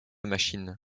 machine